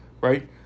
Right